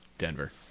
denver